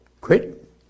quit